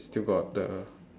still got the